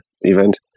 event